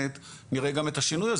מעודכנת אנחנו נוכל לראות גם את השינוי הזה.